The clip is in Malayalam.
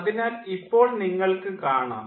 അതിനാൽ ഇപ്പോൾ നിങ്ങൾക്ക് കാണാം